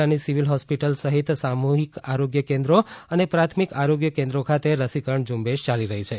જિલ્લાની civil hospital સહિત સામુહિક આરોગ્ય કેન્દ્રો અને પ્રાથમિક આરોગ્ય કેન્દ્રો ખાતે રસીકરણ ઝુંબેશ ચાલી રહી છે